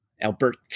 Albert